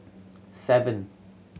seven